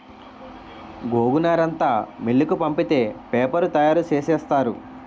గోగునారంతా మిల్లుకు పంపితే పేపరు తయారు సేసేత్తారు